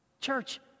Church